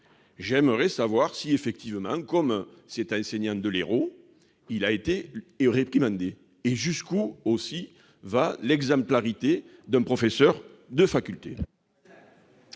J'aimerais savoir si, comme cet enseignant de l'Hérault, il a été et réprimandé, et jusqu'où doit aller l'exemplarité d'un professeur de faculté ?